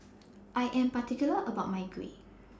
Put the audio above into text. I Am particular about My Kuih